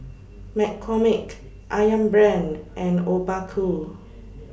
McCormick Ayam Brand and Obaku